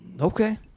Okay